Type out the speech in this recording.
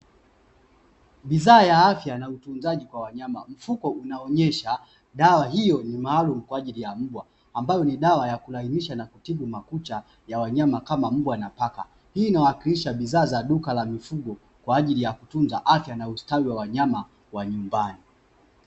Bidhaa ya afya na utunzaji kwa wanyama mfuko unaonyesha dawa hiyo ni maalumu, kwa ajili ya mbwa ambayo ni dawa ya kulainisha na kutibu makucha ya wanyama kama mungu anapaka hii inawakilisha bidhaa za duka la mifugo kwa ajili ya kutunza afya na ustawi wa wanyama wa nyumbani.